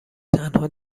تنها